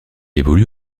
évolue